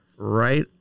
Right